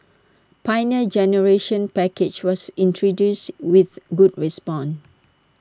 Pioneer Generation package was introduced with good response